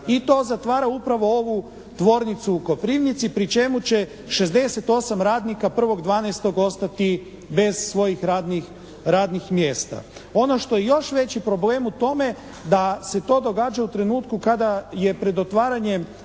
i to zatvara upravo ovu tvornicu u Koprivnici pri čemu će 68 radnika 1.12. ostati bez svojih radnih mjesta. Ono što je još veći problem u tome, da se to događa u trenutku kada je pred otvaranjem